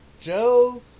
Joe